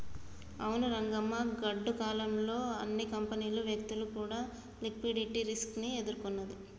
అవును రంగమ్మ గాడ్డు కాలం లో అన్ని కంపెనీలు వ్యక్తులు కూడా లిక్విడిటీ రిస్క్ ని ఎదుర్కొన్నది